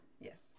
Yes